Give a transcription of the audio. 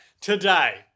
Today